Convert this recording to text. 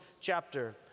chapter